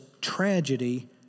tragedy